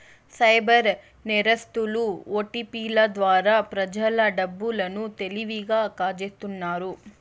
cyber నేరస్తులు ఓటిపిల ద్వారా ప్రజల డబ్బు లను తెలివిగా కాజేస్తున్నారు